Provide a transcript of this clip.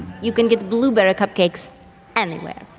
you can get blueberry cupcakes anywhere.